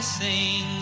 sing